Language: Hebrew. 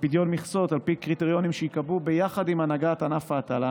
לפדיון מכסות על פי קריטריונים שייקבעו ביחד עם הנהגת ענף ההטלה,